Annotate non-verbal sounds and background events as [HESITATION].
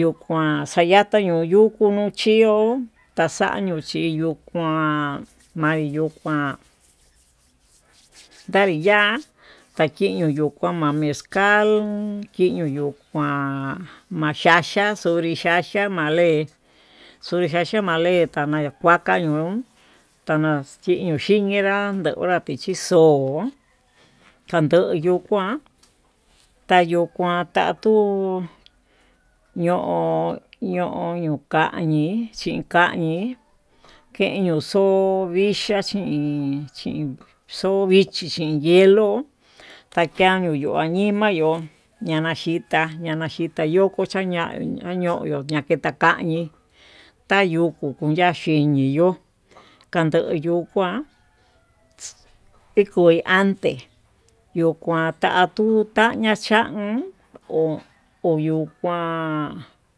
yuu kuan xayata yon yukuu chio taxañio chiyuu kuán manriyuu kuan ndarí ya'á, takiño yukuu koma mezcal [HESITATION] kiyuu nuu kuan machacha xhonri xhaxha male xhonicha male koni kuato tañuu taña xhiñenrá, andondari xhixo'o kando yo'o kuan kayo kuan tatuu ño'o ño'o ñuu kañii, inkañi keño xo'o vicha chin xoyiichiyin hielo takanyi yo'o añima tayo'o ña'a naxhitá, ñachita koyo xa'a ñaña ñoyo'o naketa kanii tayukuu kunya'a xhini ño'o kandoyu kuán, tiko antes yakuu chaña'a cha'án ho oyuu kuán.